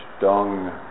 dung